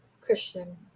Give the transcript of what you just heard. Christian